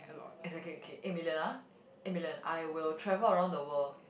exactly okay eight million ah eight million I will travel around the world